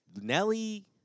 Nelly